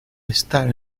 estar